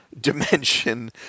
dimension